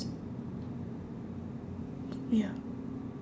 ya